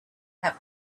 have